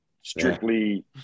strictly